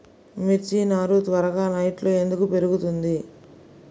మిర్చి నారు త్వరగా నెట్లో ఎందుకు పెరుగుతుంది?